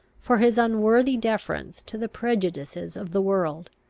for his unworthy deference to the prejudices of the world.